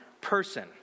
person